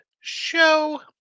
show